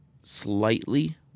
slightly